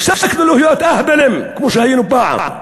הפסקנו להיות אהבלים כמו שהיינו פעם.